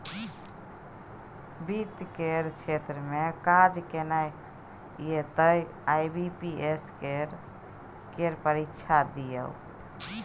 वित्त केर क्षेत्र मे काज केनाइ यै तए आई.बी.पी.एस केर परीक्षा दियौ